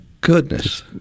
goodness